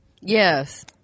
Yes